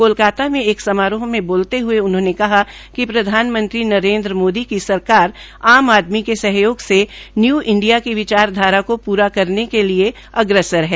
कोलकाता में एक समारोह में बोलते हये उन्होंने कहा कि प्रधानमंत्री नरेन्द्र मोदी की सरकार आम आदमी के सहयोग से न्यू इंडिया की विचार धारा को पूरा करने की लिये अग्रसर है